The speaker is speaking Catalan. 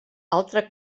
altre